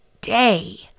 day